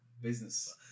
business